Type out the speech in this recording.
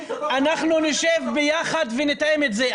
אנחנו נשב ביחד ונתאם את זה,